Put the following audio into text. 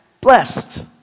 blessed